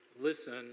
listen